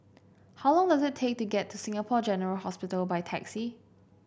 how long does it take to get to Singapore General Hospital by taxi